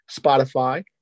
Spotify